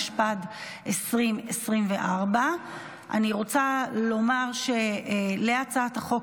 התשפ"ד 2024. אני רוצה לומר שלהצעת החוק